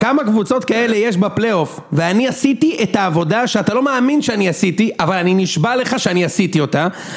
כמה קבוצות כאלה יש בפליאוף? ואני עשיתי את העבודה שאתה לא מאמין שאני עשיתי, אבל אני נשבע לך שאני עשיתי אותה